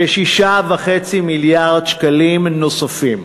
כ-6.5 מיליארד שקלים נוספים.